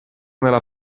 nella